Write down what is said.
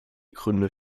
gründe